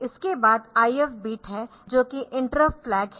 इसके बाद If bit है जो कि इंटरप्ट फ्लैग है